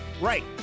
right